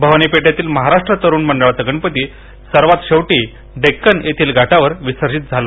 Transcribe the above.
भवानीपेठेतील महाराष्ट्र तरुण मंडळाचा गणपती सर्वात शेवटी डेक्कन येथील घाटावर विसर्जित झाला